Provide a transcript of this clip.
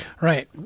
Right